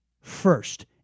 first